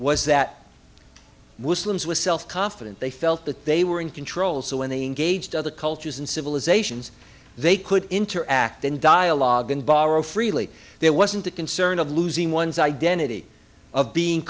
was that was slim's was self confident they felt that they were in control so when they engaged other cultures and civilisations they could interact in dialogue and borrow freely there wasn't a concern of losing one's identity of being